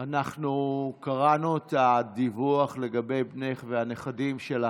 אנחנו קראנו את הדיווח לגבי בנך והנכדים שלך,